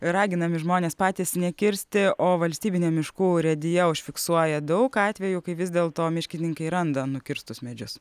raginami žmonės patys nekirsti o valstybinė miškų urėdija užfiksuoja daug atvejų kai vis dėlto miškininkai randa nukirstus medžius